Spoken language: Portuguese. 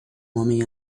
homem